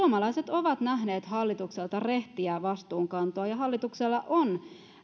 ovat nähneet hallitukselta rehtiä vastuunkantoa ja hallituksella on edelleen